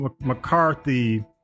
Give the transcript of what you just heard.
McCarthy